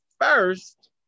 first